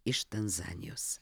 iš tanzanijos